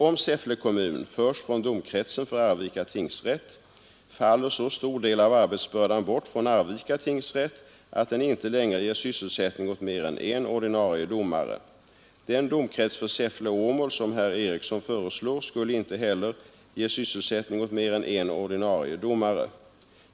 Om Säffle kommun förs från domkretsen för Arvika tingsrätt faller så stor del av arbetsbördan bort från Arvika tingsrätt att den inte längre ger sysselsättning åt mer än en ordinarie domare. Den domkrets för Säffle-Åmål som herr Eriksson föreslår skulle inte heller ge sysselsättning åt mer än en ordinarie domare.